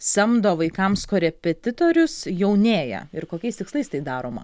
samdo vaikams korepetitorius jaunėja ir kokiais tikslais tai daroma